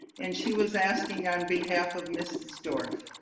and she was asking on behalf of mrs. dorff.